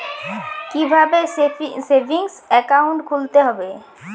কীভাবে savings account খুলতে হবে?